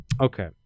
Okay